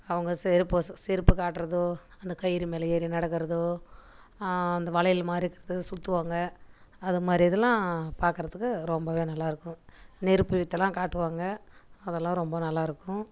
அவங்க சிரிப்பு சிரிப்புக் காட்டுறதோ அந்த கயிறு மேல் ஏறி நடக்கிறதோ அந்த வளையல் மாதிரி இருக்கிறத சுற்றுவாங்க அதுமாதிரி இதலாம் பார்க்கறத்துக்கு ரொம்பவே நல்லாயிருக்கும் நெருப்பு வித்தைலாம் காட்டுவாங்க அதலாம் ரொம்ப நல்லாயிருக்கும்